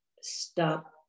stop